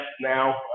now